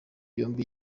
yombi